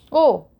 oh